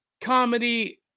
comedy